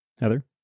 Heather